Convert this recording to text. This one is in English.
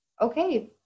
okay